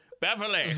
Beverly